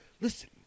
Listen